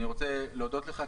אני רוצה להודות לך,